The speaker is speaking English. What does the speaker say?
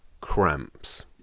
cramps